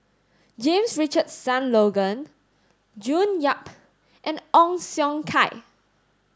James Richardson Logan June Yap and Ong Siong Kai